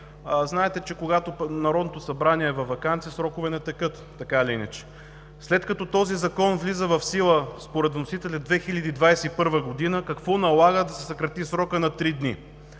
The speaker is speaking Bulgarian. Знаете, че когато Народното събрание е във ваканция, срокове така или иначе не текат. След като този закон влиза в сила според вносителя 2021 г., какво налага да се съкрати срокът на три дни?